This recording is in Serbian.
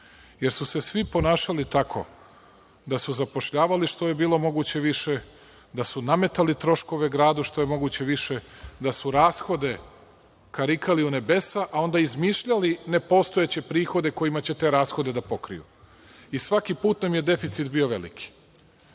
jer su se svi ponašali tako da su zapošljavali što je bilo moguće više, da su nametali troškove gradu što je moguće više, da su rashode karikali u nebesa, a onda izmišljali nepostojeće prihode kojima će te rashode da pokrije. I svaki put nam je deficit bio veliki.